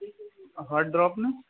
hard drop ن